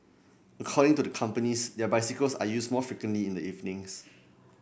according to the companies their bicycles are used more frequently in the evenings